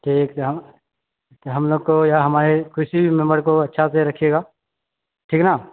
ठीक छै हँ कि हमलोग को या हमारे किसी भी मेम्बर को अच्छा से रखिएगा ठीक ने